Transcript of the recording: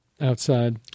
outside